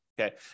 Okay